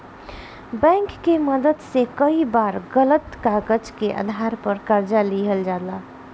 bank के मदद से कई बार गलत कागज के आधार पर कर्जा लिहल जाला